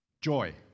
joy